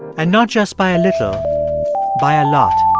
and not just by a little by a lot.